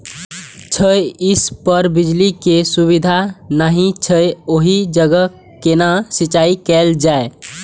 छै इस पर बिजली के सुविधा नहिं छै ओहि जगह केना सिंचाई कायल जाय?